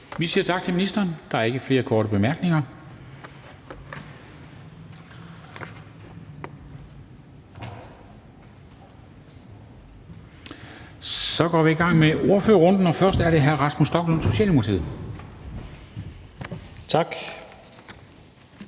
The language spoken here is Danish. Vi siger tak til ministeren. Der er ikke flere korte bemærkninger. Så går vi i gang med ordførerrunden, og det er først hr. Rasmus Stoklund, Socialdemokratiet. Kl.